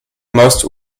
most